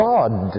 God